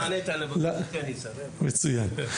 מצוין.